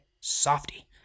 softy